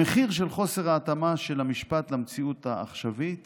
המחיר של חוסר ההתאמה של המשפט למציאות העכשווית